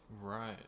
Right